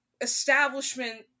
establishment